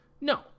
No